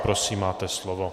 Prosím, máte slovo.